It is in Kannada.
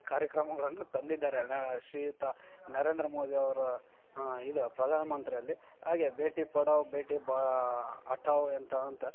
ಕಾರ್ಯಕ್ರಮಗಳನ್ನು ತಂದಿದ್ದಾರೆ ಶ್ರೀಯುತ ನರೇಂದ್ರ ಮೋದಿಯವರು ಇದು ಪ್ರಧಾನಮಂತ್ರಿಯಲ್ಲಿ ಹಾಗೆ ಭೇಟಿ ಪಡಾವ್ ಭೇಟಿ ಅಟವ್ ಅಂತ ಅಂತ